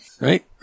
Right